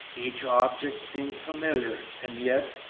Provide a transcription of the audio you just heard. each object seemed familiar, and yet,